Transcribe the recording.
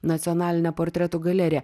nacionalinę portretų galeriją